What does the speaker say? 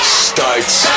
starts